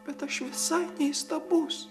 bet aš visai neįstabus